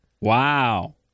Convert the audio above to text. Wow